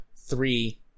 three